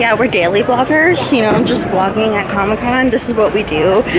yeah we're daily vloggers, you know just vlogging at comic con, this is what we do